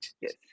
yes